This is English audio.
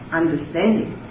understanding